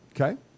Okay